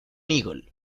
eagle